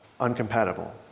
incompatible